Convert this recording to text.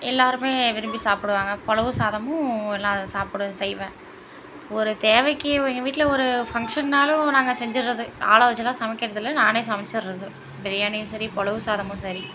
எல்லோருமே விரும்பி சாப்பிடுவாங்க புலவு சாதமும் எல்லாம் அதை சாப்பிடு செய்வேன் ஒரு தேவைக்கு எங்கள் வீட்டில் ஒரு ஃபங்க்ஷனாலும் நாங்கள் செஞ்சுடுறது ஆள் வச்சுலாம் சமைக்கிறது இல்லை நானே சமைச்சிடுறது பிரியாணியும் சரி புலவும் சாதமும் சரி